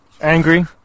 Angry